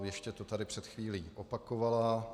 Ještě to tady před chvílí opakovala.